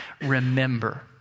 remember